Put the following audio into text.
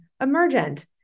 emergent